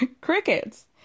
crickets